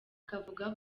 akavuga